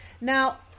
Now